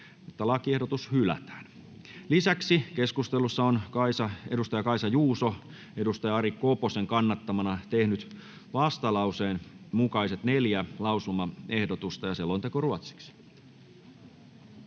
lakiehdotus hylätään. Lisäksi keskustelussa on Kaisa Juuso Ari Koposen kannattamana tehnyt vastalauseen mukaiset neljä lausumaehdotusta. [Speech 15] Speaker: